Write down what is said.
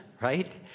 right